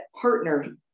partner